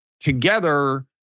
together